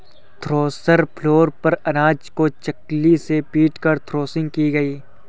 thresher floor पर अनाज को चकली से पीटकर थ्रेसिंग की गई